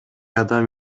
адам